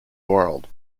world